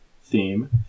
theme